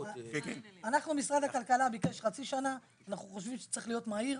אנחנו חושבים שזה צריך להיות מהיר.